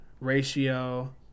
ratio